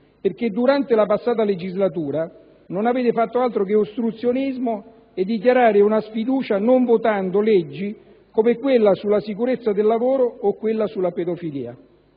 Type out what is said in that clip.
perché durante la passata legislatura non avete fatto altro che ostruzionismo non votando leggi come quelle sulla sicurezza del lavoro o sulla pedofilia.